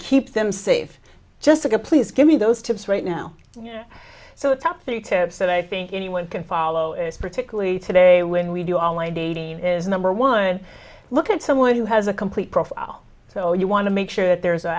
keep them safe jessica please give me those tips right now so the top three tips that i think anyone can follow is particularly today when we do online dating is number one look at someone who has a complete profile so you want to make sure that there